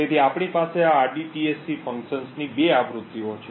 તેથી આપણી પાસે આ rdtsc ફંક્શનની 2 આવૃત્તિઓ છે